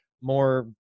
more